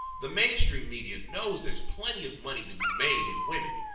the mainstream media knows there's plenty of money to be made in women,